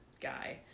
guy